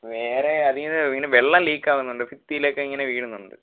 വേറെ അതിൽ നിന്ന് ഇങ്ങനെ വെള്ളം ലീക്ക് ആകുന്നുണ്ട് ഭിത്തിയിലൊക്കെ ഇങ്ങനെ വീഴുന്നുണ്ട്